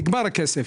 נגמר הכסף.